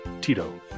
tito